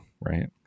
Right